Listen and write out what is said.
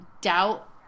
doubt